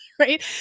right